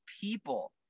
people